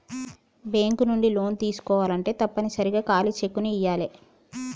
bank నుంచి లోన్లు తీసుకోవాలంటే తప్పనిసరిగా ఖాళీ చెక్కుని ఇయ్యాలే